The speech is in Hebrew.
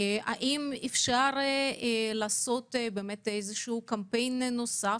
האם אפשר לעשות קמפיין נוסף?